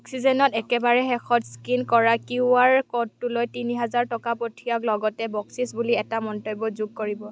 অক্সিজেনত একেবাৰে শেষত স্কিন কৰা কিউ আৰ ক'ডটোলৈ তিনি হাজাৰ টকা পঠিয়াওক লগতে বকচিচ বুলি এটা মন্তব্য যোগ কৰিব